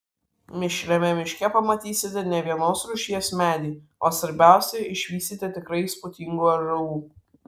mišriame miške pamatysite ne vienos rūšies medį o svarbiausia išvysite tikrai įspūdingų ąžuolų